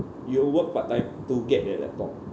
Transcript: you'll work part time to get a laptop